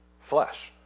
flesh